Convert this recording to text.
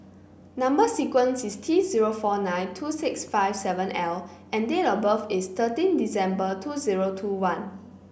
number sequence is T zero four nine two six five seven L and date of birth is thirteen December two zero two one